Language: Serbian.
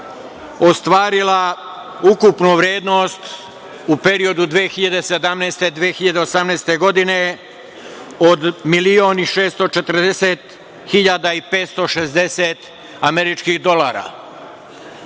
ostvarila ukupnu vrednost u periodu od 2017. godine do 2018. godine od 1.640.560 američkih dolara. Kao